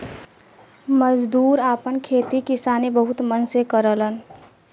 मजदूर आपन खेती किसानी बहुत मन से करलन